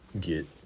get